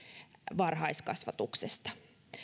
varhaiskasvatuksesta